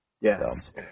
Yes